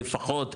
לפחות,